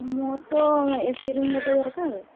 ମୋର ତ A C room ଗୋଟିଏ ଦରକାର